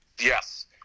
Yes